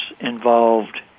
involved